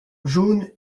jaune